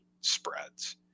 spreads